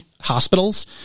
hospitals